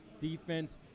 defense